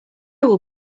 will